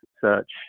search